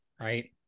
right